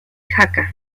jaca